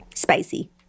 Spicy